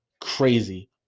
crazy